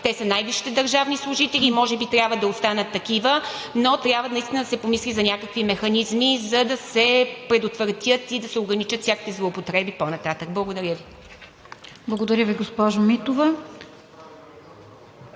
те са най-висшите държавни служители и може би трябва да останат такива, но трябва да се помисли за някакви механизми, за да се предотвратят и да се ограничат всякакви злоупотреби по-нататък. Благодаря Ви. ПРЕДСЕДАТЕЛ РОСИЦА КИРОВА: